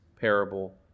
parable